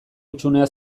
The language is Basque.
hutsunea